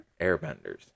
Airbenders